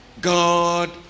God